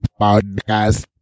podcast